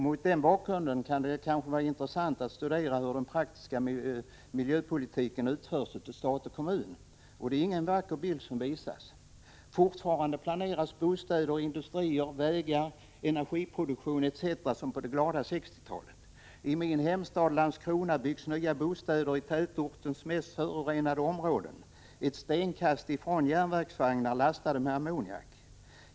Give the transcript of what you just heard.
Mot den bakgrunden kan det vara intressant att studera hur den praktiska miljöpolitiken utförs av stat och kommuner. Det är ingen vacker bild som visas. Fortfarande planeras bostäder, industrier, vägar, energiproduktion, etc. som på det glada 60-talet. I min hemstad Landskrona byggs nya bostäder i tätortens mest förorenade områden, ett stenkast från järnvägsvagnar lastade med ammoniak.